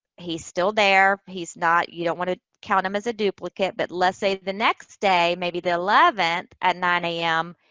he's still there. he's not, you don't want to count him as a duplicate. but let's say the next day, maybe the eleventh at nine zero a m,